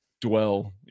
dwell